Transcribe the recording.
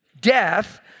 death